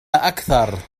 أكثر